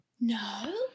No